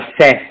assess